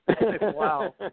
Wow